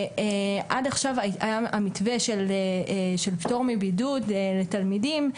עד עכשיו היה המתווה של פטור מבידוד לתלמידים,